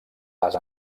les